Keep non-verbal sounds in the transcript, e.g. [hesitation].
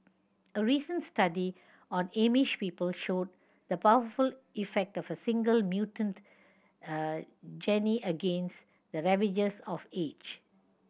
a recent study on Amish people showed the powerful effect of a single mutant [hesitation] gene against the ravages of age